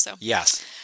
Yes